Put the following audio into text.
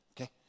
okay